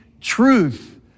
truth